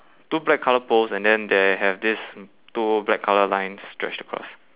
two black colour poles and then they have this two black colour lines stretched across